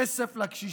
כסף לקשישים.